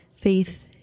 Faith